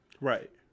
Right